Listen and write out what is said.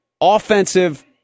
offensive